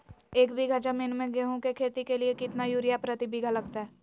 एक बिघा जमीन में गेहूं के खेती के लिए कितना यूरिया प्रति बीघा लगतय?